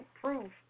proof